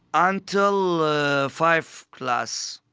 until ah five class.